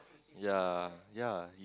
ya ya is